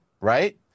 right